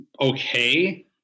Okay